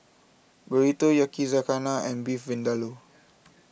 Burrito Yakizakana and Beef Vindaloo